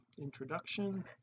introduction